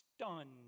stunned